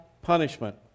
punishment